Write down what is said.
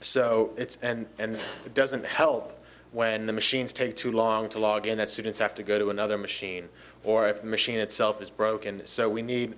so it's and it doesn't help when the machines take too long to log and that students have to go to another machine or if the machine itself is broken so we need